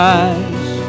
eyes